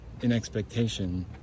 inexpectation